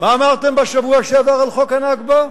מה אמרתם בשבוע שעבר על חוק ה"נכבה"?